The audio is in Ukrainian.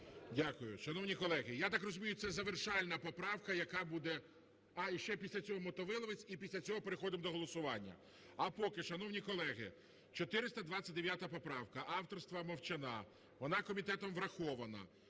Дякую. Шановні колеги, я так розумію, це завершальна поправка, яка буде… А, і ще після цього Мотовиловець, і після цього переходимо до голосування. А поки, шановні колеги, 429 поправка, авторства Мовчана, вона комітетом врахована.